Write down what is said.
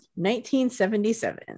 1977